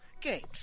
games